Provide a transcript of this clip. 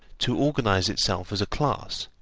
to organise itself as a class,